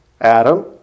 Adam